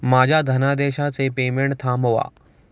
माझ्या धनादेशाचे पेमेंट थांबवा